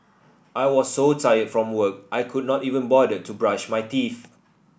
I was so tired from work I could not even bother to brush my teeth